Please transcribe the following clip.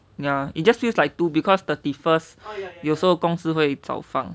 ya it just feels like two because thirty first 有时候公司会早放